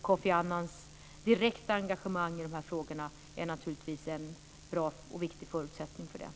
Kofi Annans direkta engagemang i frågorna är naturligtvis en bra och viktig förutsättning för detta.